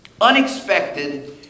unexpected